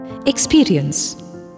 Experience